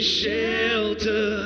shelter